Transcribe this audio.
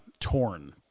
torn